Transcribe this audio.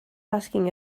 asking